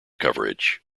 coverage